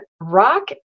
rock